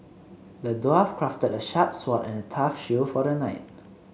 the dwarf crafted a sharp sword and a tough shield for the knight